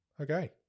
okay